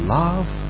love